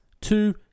Two